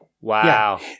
Wow